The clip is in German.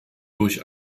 durch